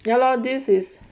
ya lor this is